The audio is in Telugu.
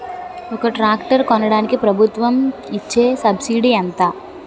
ఒక ట్రాక్టర్ కొనడానికి ప్రభుత్వం ఇచే సబ్సిడీ ఎంత?